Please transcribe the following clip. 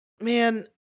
man